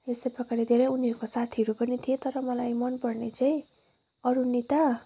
यस्तै प्रकारले धेरै उनीहरूका साथीहरू पनि थिए तर मलाई मनपर्ने चाहिँ अरूणिता